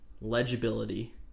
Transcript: legibility